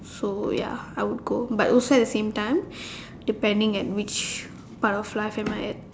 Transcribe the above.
so ya I would go but also at the same time depending at which part of life am I at